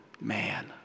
man